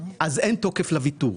אז אין תוקף לוויתור,